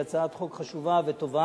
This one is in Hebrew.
שהיא הצעת חוק חשובה וטובה,